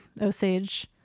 Osage